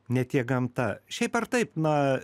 ne tiek gamta šiaip ar taip na